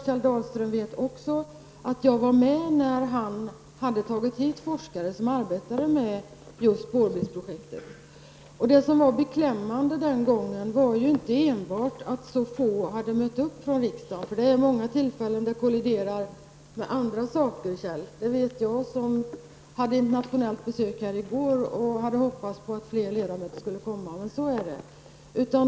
Kjell Dahlström vet också att jag var med när han hade tagit hit forskare som arbetade med just spårbilsprojektet. Det som var beklämmande den gången var inte enbart att så få hade mött upp från riksdagen. Det händer vid många tillfällen att olika saker kolliderar, Kjell Dahlström. Det vet jag som hade internationellt besök i går och hade hoppats att fler ledamöter skulle komma. Men så är det.